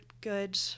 good